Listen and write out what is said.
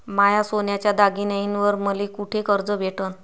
माया सोन्याच्या दागिन्यांइवर मले कुठे कर्ज भेटन?